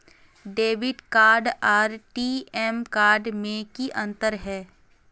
Debit card आर ATM card में की अंतर है?